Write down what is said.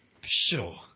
Sure